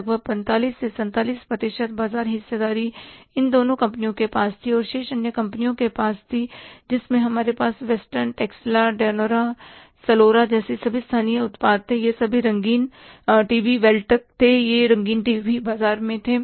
लगभग 45 से 47 प्रतिशत बाजार हिस्सेदारी इन दोनों कंपनियों के पास थी और शेष अन्य कंपनियों के पास थी जिसमें हमारे पास वेस्टर्न टेक्सला दयनोरा सलोरा जैसे सभी स्थानीय उत्पाद थे ये सभी टीवी बेल टेक थे ये रंगीन टीवी बाजार में थे